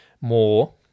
more